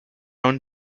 owned